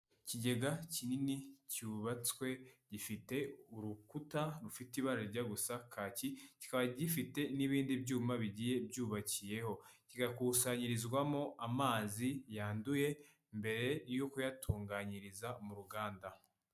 Ikigega kinini cyubatswe gifite urukuta rufite ibara rijya gusa kaki, kikaba gifite n'ibindi byuma bigiye byubakiyeho, kigakusanyirizwamo amazi yanduye mbere yo kuyatunganyiriza mu ruganda.